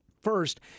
First